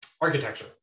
architecture